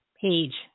page